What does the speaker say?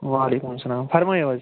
وعلیکُم السَلام فرمٲیِو حظ